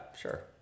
sure